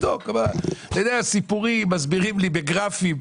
סיפורים, מסבירים לי בגרפים.